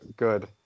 Good